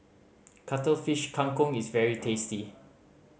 Cuttlefish Kang Kong is very tasty